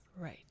Right